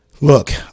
look